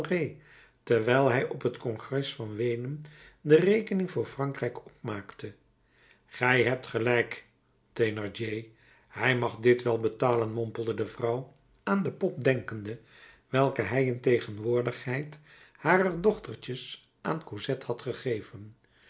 terwijl hij op t congres van weenen de rekening voor frankrijk opmaakte gij hebt gelijk thénardier hij mag dit wel betalen mompelde de vrouw aan de pop denkende welke hij in tegenwoordigheid harer dochtertjes aan cosette had gegeven